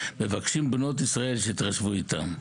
מבקשים מבנות ישראל שיתחשבו איתם.